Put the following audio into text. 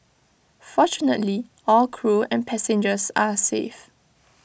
fortunately all crew and passengers are safe